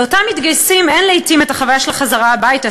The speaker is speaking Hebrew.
לאותם מתגייסים אין לעתים החוויה של החזרה הביתה,